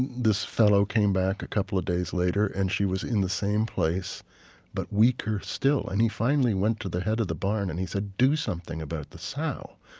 this fellow came back a couple of days later. and she was in the same place but weaker still. and he finally went to the head of the barn and said, do something about the sow.